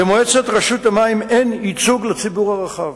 במועצת רשות המים אין ייצוג לציבור הרחב,